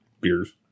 beers